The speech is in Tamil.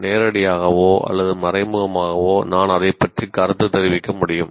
நேரடியாகவோ அல்லது மறைமுகமாகவோ நான் அதைப் பற்றி கருத்து தெரிவிக்க முடியும்